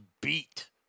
beat